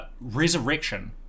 Resurrection